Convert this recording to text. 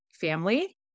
family